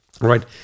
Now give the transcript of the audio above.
right